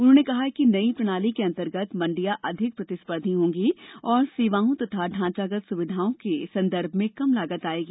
उन्होंने कहा कि नई प्रणाली के अंतर्गत मंडियां अधिक प्रतिस्पर्धी होंगी और सेवाओं तथा ढांचागत सुविधाओं के संदर्भ में कम लागत आयेगी